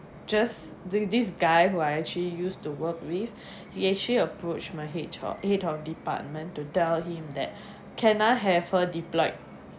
just this this guy who I actually used to work with he actually approached my H_R~ head of department to tell him that can I have a deployed